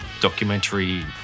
documentary